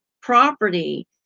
property